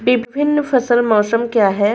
विभिन्न फसल मौसम क्या हैं?